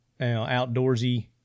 outdoorsy